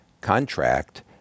contract